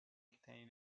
containing